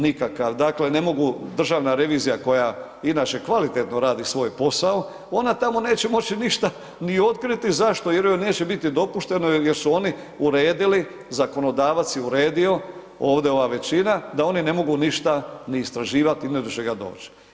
Nikakav, dakle ne mogu, Državna revizija koja inače kvalitetno radi svoj posao ona tamo neće moći ništa ni otkriti, zašto, jer joj neće biti dopušteno jer su oni uredili, zakonodavac je uredio ovde ova većina, da oni ne mogu ništa ni istraživati i ni do čega doći.